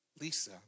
Lisa